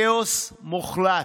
כאוס מוחלט.